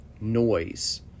noise